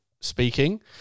speaking